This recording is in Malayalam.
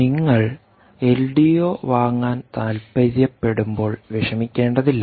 നിങ്ങൾ എൽഡിഒ വാങ്ങാൻ താൽപ്പര്യപ്പെടുമ്പോൾ വിഷമിക്കേണ്ടതില്ല